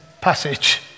passage